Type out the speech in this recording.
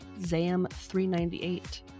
Zam398